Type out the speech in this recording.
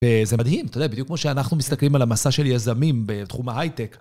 אה.. זה מדהים, אתה יודע, בדיוק כמו שאנחנו מסתכלים על המסע של יזמים בתחום ההייטק.